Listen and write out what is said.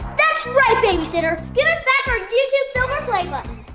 that's right babysitter, give us back our youtube silver play button!